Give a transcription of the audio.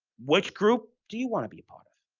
which group do you want to be a part of?